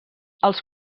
els